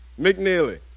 McNeely